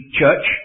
church